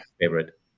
favorite